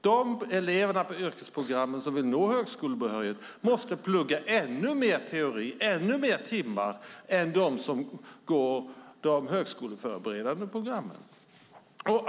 De elever på yrkesprogrammen som vill nå högskolebehörighet måste plugga ännu mer teori och ännu mer timmar än de som går de högskoleförberedande programmen.